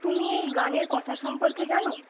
তুমি এই গানের কথা সম্পর্কে জানো